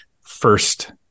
first